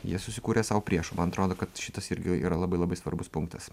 jie susikūrė sau priešų man atrodo kad šitas irgi yra labai labai svarbus punktas